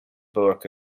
book